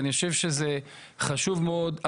אני חושב שזה חשוב מאוד.